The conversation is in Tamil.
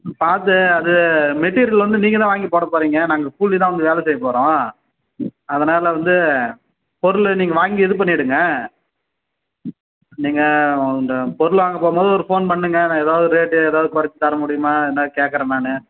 காசு அது மெட்டீரியல் வந்து நீங்கள் தான் வாங்கி போட போகிறிங்க நாங்கள் கூலிதான் வந்து வேலை செய்ய போகிறோம் அதனால் வந்து பொருள் நீங்கள் வாங்கி இது பண்ணிடுங்க நீங்கள் இந்த பொருள் வாங்க போகும்போது ஒரு ஃபோன் பண்ணுங்க நான் எதாவது ஒரு ரேட்டு எதாவது கொறைச்சி தர முடியுமா என்னன்னு கேட்குறேன் நான்